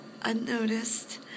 unnoticed